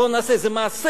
בואו נעשה איזה מעשה.